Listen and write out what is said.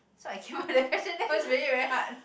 so I kill that question that one was really very hard